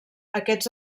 aquests